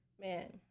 man